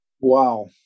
Wow